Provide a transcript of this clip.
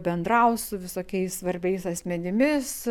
bendraus su visokiais svarbiais asmenimis